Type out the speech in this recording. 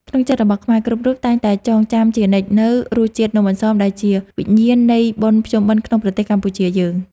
ក្នុងចិត្តរបស់ខ្មែរគ្រប់រូបតែងតែចងចាំជានិច្ចនូវរសជាតិនំអន្សមដែលជាវិញ្ញាណនៃបុណ្យភ្ជុំបិណ្ឌក្នុងប្រទេសកម្ពុជាយើង។